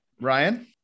Ryan